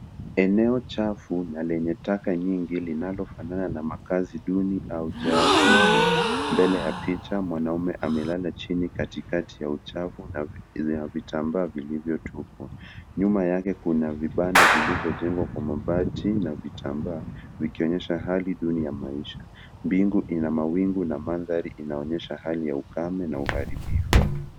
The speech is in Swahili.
Eneo chafu na lenye taka nyingi linalofanana na makaazi duni au jaa kubwa. Mbele ya picha mwanaume amelala chini katikati ya uchafu na vitambaa vilivyotupwa. Nyuma yake kuna vibanda vilivyojengwa kwa mabati na vitambaa vikioyesha hali duni ya maisha. Mbingu ina mawingu na mandhari inaonyesha hali ya ukame na uharibifu.